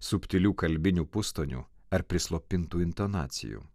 subtilių kalbinių pustonių ar prislopintų intonacijų